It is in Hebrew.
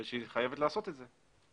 ושהיא חייבת לעשות את זה.